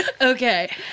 Okay